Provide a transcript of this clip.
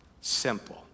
Simple